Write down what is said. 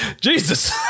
Jesus